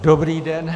Dobrý den.